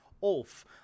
off